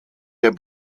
der